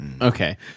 Okay